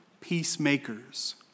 peacemakers